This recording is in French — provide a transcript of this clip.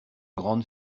grande